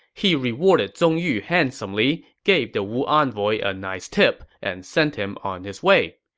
he rewarded zong yu handsomely, gave the wu envoy a nice tip and sent him on his way.